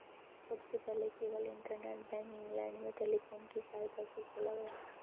सबसे पहले केवल इंटरनेट बैंक इंग्लैंड में टेलीफोन की सहायता से खोला गया